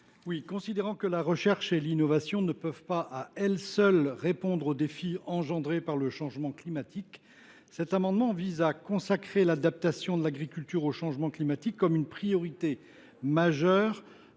à rappeler que la recherche et l’innovation ne peuvent, à elles seules, répondre aux défis engendrés par le changement climatique. Il vise ainsi à consacrer l’adaptation de l’agriculture au changement climatique comme une priorité majeure